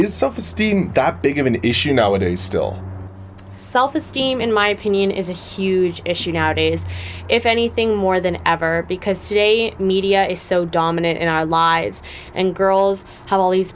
r self esteem that big of an issue no it is still self esteem in my opinion is a huge issue nowadays if anything more than ever because today media is so dominant in our lives and girls have all these